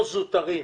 לא הזוטרים,